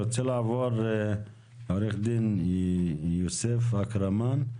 אני רוצה לעבור לעו"ד יוסף אקרמן,